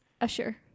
Usher